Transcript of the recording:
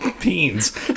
beans